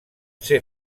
ser